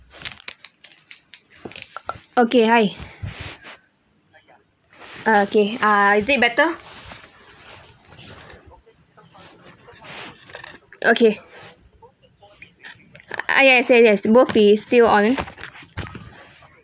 okay hi ah okay is it better okay ah yes yes yes both we still on